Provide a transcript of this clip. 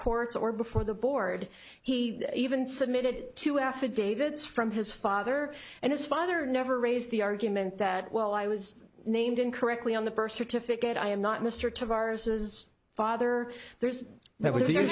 courts or before the board he even submitted to affidavits from his father and his father never raise the argument that well i was named incorrectly on the birth certificate i am not mr to viruses father there's